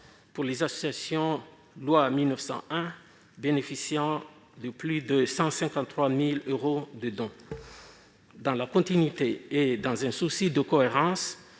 pour les associations loi 1901 bénéficiant de plus de 153 000 euros de dons. En continuité, ainsi que dans un souci de cohérence